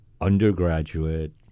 undergraduate